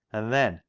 and then,